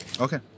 Okay